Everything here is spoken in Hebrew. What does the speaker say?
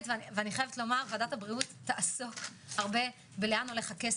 ועדת הבריאות תעסוק הרבה בלאן הולך הכסף,